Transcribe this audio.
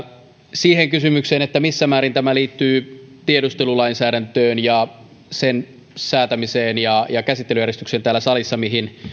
siihen kysymykseen missä määrin tämä liittyy tiedustelulainsäädäntöön ja sen säätämiseen ja ja käsittelyjärjestykseen täällä salissa mihin